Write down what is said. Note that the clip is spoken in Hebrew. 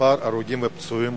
מספר ההרוגים והפצועים